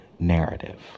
narrative